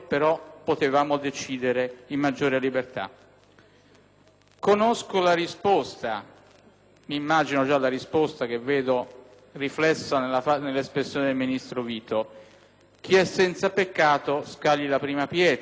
maggiore libertà. Immagino già la risposta, che vedo riflessa nell'espressione del ministro Vito: chi è senza peccato scagli la prima pietra; non avete inventato voi i maxiemendamenti?